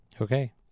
Okay